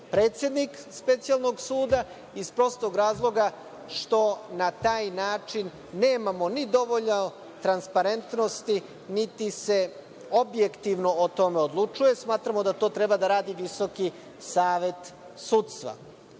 predsednik specijalnog suda, iz prostog razloga što na taj način nemamo ni dovoljno transparentnosti niti se objektivno o tome odlučuje. Smatramo da to treba da radi Visoki savet sudstva. Sa